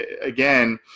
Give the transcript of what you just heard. again